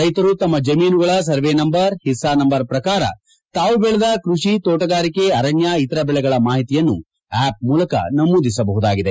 ರೈತರು ತಮ್ಮ ಜಮೀನುಗಳ ಸರ್ವೆ ನಂಬರ್ ಹಿಸ್ಲಾ ನಂಬರ್ ಪ್ರಕಾರ ತಾವು ಬೆಳೆದ ಕೃಷಿ ತೋಟಗಾರಿಕೆ ಅರಣ್ಯ ಇತರ ಬೆಳೆಗಳ ಮಾಹಿತಿಯನ್ನು ಅವ್ ಮೂಲಕ ನಮೂದಿಸಬಹುದಾಗಿದೆ